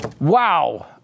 Wow